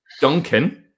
Duncan